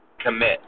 commit